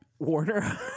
warner